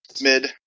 mid